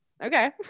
Okay